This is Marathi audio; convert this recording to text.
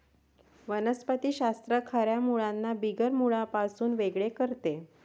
वनस्पति शास्त्र खऱ्या मुळांना बिगर मुळांपासून वेगळे करते